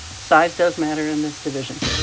size does matter in this division.